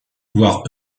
voire